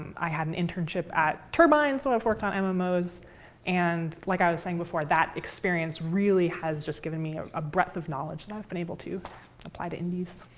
i had an internship at turbines where i've worked on um ah mmos. and like i was saying before, that experience really has just given me a breadth of knowledge that and i've been able to apply to indies.